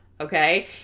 okay